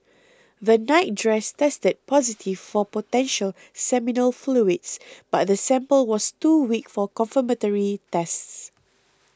the nightdress tested positive for potential seminal fluids but the sample was too weak for confirmatory tests